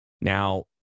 now